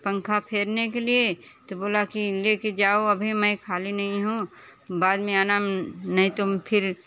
पंखा फेरने के लिए तो बोला की लेके जाओ मैं अभी खाली नहीं हूँ बाद मैं आना नहीं तो फिर